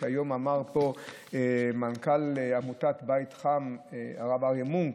שאמר פה היום מנכ"ל עמותת בית חם הרב אריה מונק.